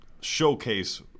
showcase